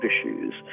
issues